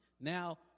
Now